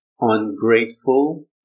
Ungrateful